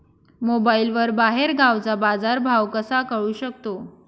मोबाईलवर बाहेरगावचा बाजारभाव कसा कळू शकतो?